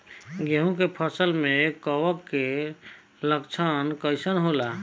गेहूं के फसल में कवक रोग के लक्षण कइसन होला?